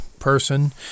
person